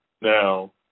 Now